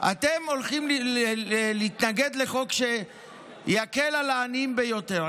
אתם הולכים להתנגד לחוק שיקל על העניים ביותר.